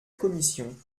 commission